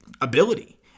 ability